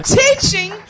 teaching